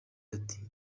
ati